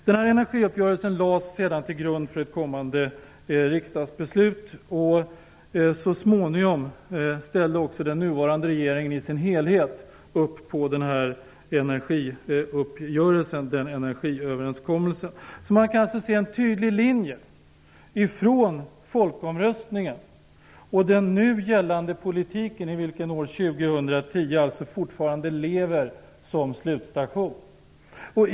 Denna energiuppgörelse lades sedan till grund för ett kommande riksdagsbeslut. Så småningom ställde också den nuvarande regeringen i sin helhet upp på energiöverenskommelsen. Man kan alltså se en tydlig linje från folkomröstningen till den nu gällande politiken i vilken år 2010 fortfarande lever som slutstation.